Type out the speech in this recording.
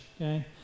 okay